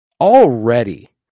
already